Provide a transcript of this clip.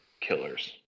killers